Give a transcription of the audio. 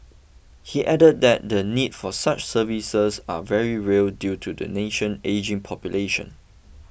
he added that the need for such services are very real due to the nation ageing population